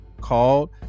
called